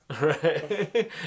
right